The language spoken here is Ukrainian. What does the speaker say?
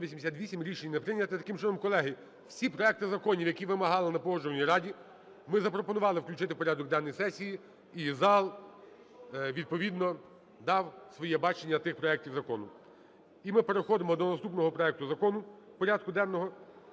За-188 Рішення не прийнято. Таким чином, колеги, всі проекти законів, які вимагали на Погоджувальній раді, ми запропонували включити в порядок денний сесії, і зал відповідно дав своє бачення тих проектів законів. І ми переходимо до наступного проекту закону порядку денного.